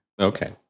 Okay